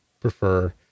prefer